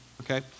Okay